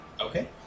Okay